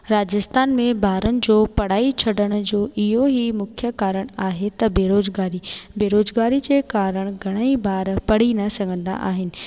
राजस्थान में ॿारनि जो पढ़ाई छॾण जो इहो ई मुख्य कारणु आहे त बेरोजगारी बेरोजगारी जे कारणु घणेई ॿार पढ़ी न सघंदा आहिनि